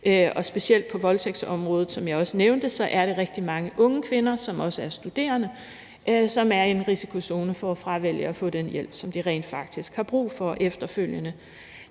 Og specielt på voldtægtsområdet er det, som jeg også nævnte, rigtig mange unge kvinder, som også er studerende, der er i risikozonen for at fravælge at få den hjælp, som de rent faktisk har brug for efterfølgende.